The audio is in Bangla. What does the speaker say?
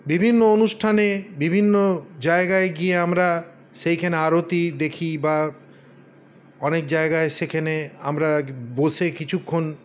বিভিন্ন অনুষ্ঠানে বিভিন্ন জায়গায় গিয়ে আমরা সেইখানে আরতি দেখি বা অনেক জায়গায় সেখানে আমরা বসে কিছুক্ষণ